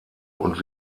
und